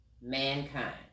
mankind